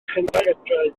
chentimetrau